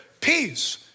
peace